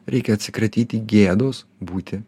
reikia atsikratyti gėdos būti